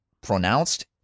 pronounced